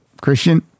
christian